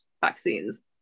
vaccines